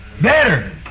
Better